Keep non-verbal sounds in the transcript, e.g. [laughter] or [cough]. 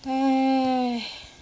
!hey! [breath]